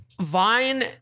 Vine